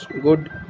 good